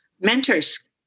Mentors